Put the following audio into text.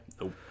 Nope